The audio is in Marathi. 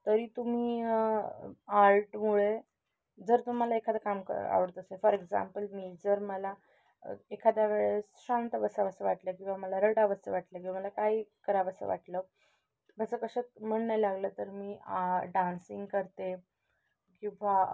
तरी तुम्ही आर्टमुळे जर तुम्हाला एखादा काम करा आवडत असेल फॉर एक्झाम्पल मी जर मला एखाद्या वेळेस शांत बसावंसं वाटतं किंवा मला रडावंसं वाटलं किंवा मला काही करावंसं वाटलं असं कशात मन नाही लागलं तर मी डान्सिंग करते किंवा